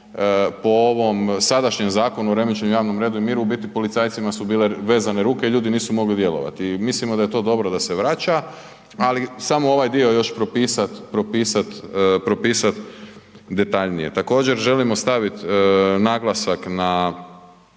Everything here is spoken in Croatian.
po ovom sadašnjem Zakonu o remećenju javnom redu i miru u biti policajcima su bile vezane ruke i ljudi nisu mogli djelovati i mislimo da je to dobro da se vraća, ali samo ovaj dio još propisati detaljnije. Također, želimo staviti naglasak na